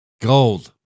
Gold